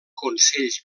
consells